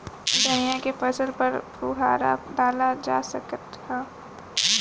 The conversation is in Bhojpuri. धनिया के फसल पर फुहारा डाला जा सकत बा?